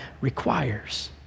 requires